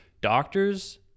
doctors